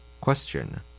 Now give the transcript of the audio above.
Question